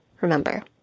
Remember